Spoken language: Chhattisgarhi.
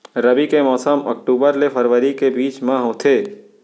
रबी के मौसम अक्टूबर ले फरवरी के बीच मा होथे